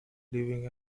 living